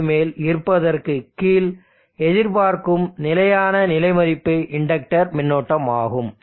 5 க்கும் மேல் இருப்பதற்கு கீழ் எதிர்பார்க்கும் நிலையான நிலை மதிப்பு இண்டக்டர் மின்னோட்டம் ஆகும்